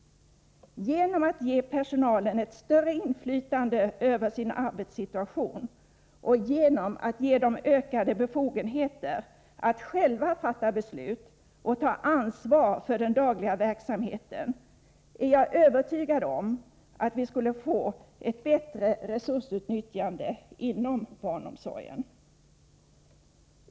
Genom att ge personalen ett större inflytande över sin arbetssituation och genom att ge dem ökade befogenheter att själva fatta beslut och ta ansvar för den dagliga verksamheten, är jag övertygad om att vi skulle få ett bättre resursutnyttjande inom barnomsorgen.